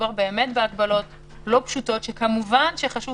מדובר באמת בהגבלות לא פשוטות שכמובן שחשוב